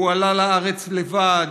הוא עלה לארץ לבד,